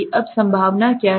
अब संभावना क्या है